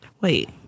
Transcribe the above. Wait